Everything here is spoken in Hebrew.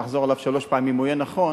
תחזור עליו שלוש פעמים הוא יהיה נכון,